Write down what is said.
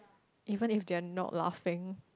even if they are not laughing